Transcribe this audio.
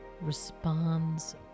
responds